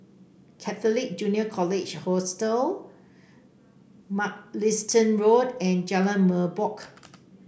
Catholic Junior College Hostel Mugliston Road and Jalan Merbok